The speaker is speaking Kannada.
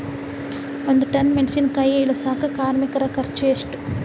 ಒಂದ್ ಟನ್ ಮೆಣಿಸಿನಕಾಯಿ ಇಳಸಾಕ್ ಕಾರ್ಮಿಕರ ಖರ್ಚು ಎಷ್ಟು?